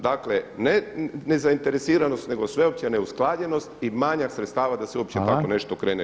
Dakle, ne nezainteresiranost nego sveopća neusklađenost i manjak sredstava da se uopće tako nešto krene rješavati.